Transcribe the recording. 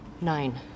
Nine